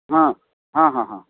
ହଁ ହଁ ହଁ ହଁ